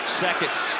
seconds